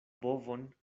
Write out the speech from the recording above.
bovon